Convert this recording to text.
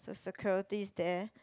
so security is there